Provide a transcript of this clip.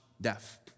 deaf